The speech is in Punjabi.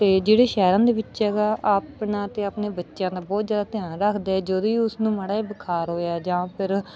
ਅਤੇ ਜਿਹੜੇ ਸ਼ਹਿਰਾਂ ਦੇ ਵਿੱਚ ਹੈਗਾ ਆਪਣਾ ਅਤੇ ਆਪਣੇ ਬੱਚਿਆਂ ਦਾ ਬਹੁਤ ਜ਼ਿਆਦਾ ਧਿਆਨ ਰੱਖਦੇ ਜਦੋਂ ਹੀ ਉਸਨੂੰ ਮਾੜਾ ਜਿਹਾ ਬੁਖਾਰ ਹੋਇਆ ਜਾਂ ਫਿਰ